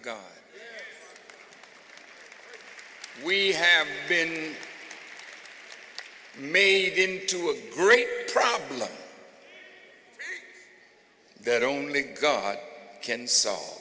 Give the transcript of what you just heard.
god we have been made in to a great problem that only god can so